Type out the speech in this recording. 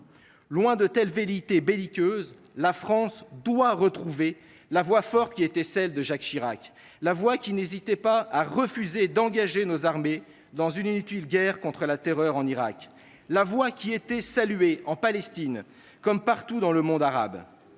Loin de telles velléités belliqueuses, la France doit retrouver la voix forte qui était celle de Jacques Chirac ; la voix qui n’hésitait pas à refuser d’engager nos armées dans une inutile « guerre contre la terreur » en Irak ; la voix qui était saluée en Palestine comme partout dans le monde arabe.